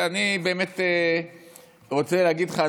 אני רוצה להגיד לך,